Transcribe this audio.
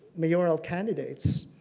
mayoral candidates,